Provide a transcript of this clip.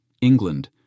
England